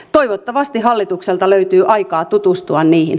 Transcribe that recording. toivottavasti hallitukselta löytyy aikaa tutustua niihin